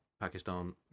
Pakistan